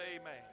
amen